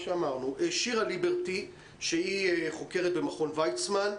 שירה ליברטי שהיא חוקרת במכון ויצמן,